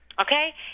Okay